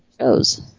shows